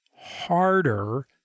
harder